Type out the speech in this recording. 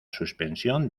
suspensión